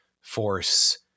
force